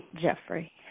Jeffrey